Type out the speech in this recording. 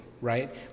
right